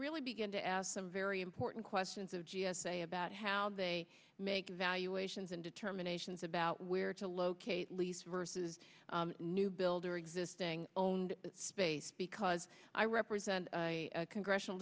really begin to ask some very important questions of g s a about how they make valuations and determinations about where to locate lease versus new build or existing owned space because i represent a congressional